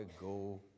go